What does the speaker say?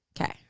Okay